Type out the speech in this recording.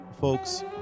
Folks